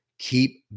keep